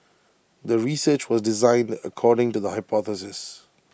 the research was designed according to the hypothesis